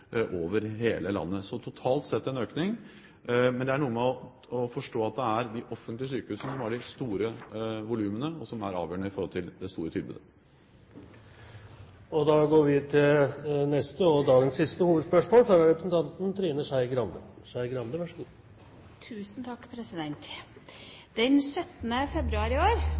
over hele landet. Totalt sett er det en økning, men det er noe med å forstå at det er de offentlige sykehusene som har de store volumene, og som er avgjørende i forhold til det store tilbudet. Vi går videre til neste og siste hovedspørsmål. Den 17. februar i år hadde statsministeren en egen redegjørelse i Stortinget om Samarbeid for arbeid – det husker sikkert statsministeren. I